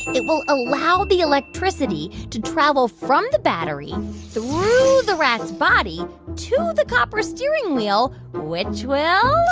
it will allow the electricity to travel from the battery through the rat's body to the copper steering wheel, which will.